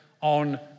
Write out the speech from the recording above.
on